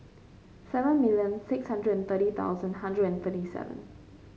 seven million six hundred and thirty thousand hundred and thirty seven